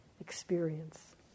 experience